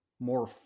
more